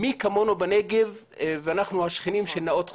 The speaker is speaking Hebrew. אנחנו השכנים של נאות חובב.